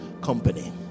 company